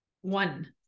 one